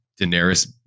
Daenerys